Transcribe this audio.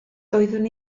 doeddwn